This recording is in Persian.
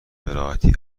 براحتی